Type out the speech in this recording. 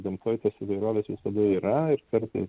gamtoj tos įvairovės visada yra ir kartais